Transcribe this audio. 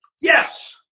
yes